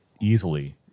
easily